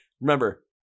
Remember